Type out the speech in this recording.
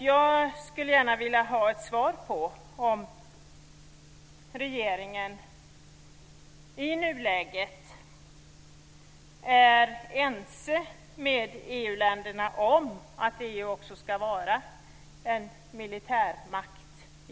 Jag skulle gärna vilja ha ett svar på om regeringen i nuläget är ense med övriga EU-länder om att EU också i framtiden ska vara en militärmakt.